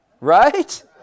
Right